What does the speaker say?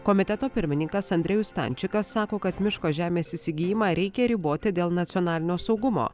komiteto pirmininkas andrejus stančikas sako kad miško žemės įsigijimą reikia riboti dėl nacionalinio saugumo